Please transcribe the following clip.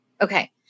Okay